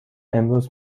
امروز